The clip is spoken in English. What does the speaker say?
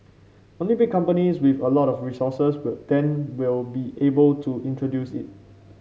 only big companies with a lot of resources well then will be able to introduce it